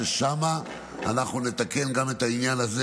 ושם נתקן גם את העניין הזה.